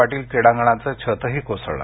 पाटील क्रिडांगणाचं छतही कोसळलं